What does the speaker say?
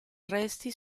resti